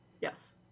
Yes